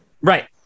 Right